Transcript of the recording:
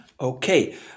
Okay